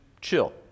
chill